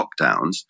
lockdowns